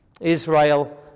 Israel